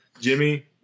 Jimmy